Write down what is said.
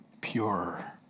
Pure